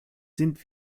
sind